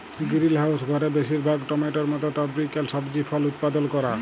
greenhouse ঘরে বেশিরভাগ টমেটোর মত টরপিক্যাল সবজি ফল উৎপাদল ক্যরা